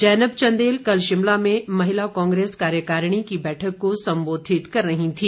जैनब चंदेल कल शिमला में महिला कांग्रेस कार्यकारिणी की बैठक को संबोधित कर रही थी